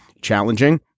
challenging